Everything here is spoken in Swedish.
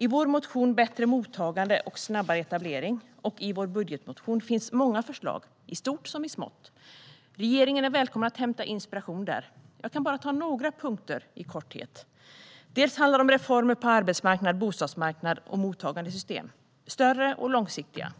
I vår motion Bättre mottagande och snabbare etablering och i vår budgetmotion finns många förslag, i stort som i smått. Regeringen är välkommen att hämta inspiration där. Jag kan bara ta några punkter i korthet. Det handlar om reformer av arbetsmarknad, bostadsmarknad och mottagandesystem - större och långsiktiga.